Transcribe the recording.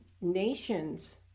nations